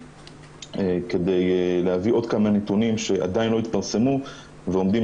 כדי להביא עוד כמה נתונים שעדיין לא התפרסמו ועומדים